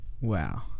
Wow